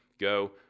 go